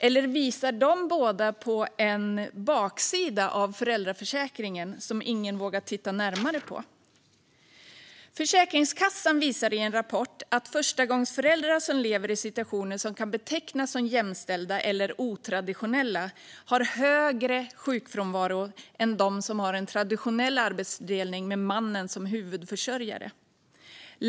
Eller visar dessa båda mått på en baksida av föräldraförsäkringen som ingen vågat titta närmare på? Försäkringskassan visar i en rapport att förstagångsföräldrar som lever i situationer som kan betecknas som jämställda eller otraditionella har högre sjukfrånvaro än de som har en traditionell arbetsfördelning med mannen som huvudförsörjare.